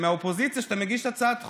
ומהאופוזיציה שאתה מגיש הצעת חוק,